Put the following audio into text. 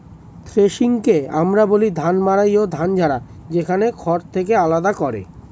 থ্রেশিংকে আমরা বলি ধান মাড়াই ও ধান ঝাড়া, যেখানে খড় থেকে আলাদা করে